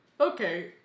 Okay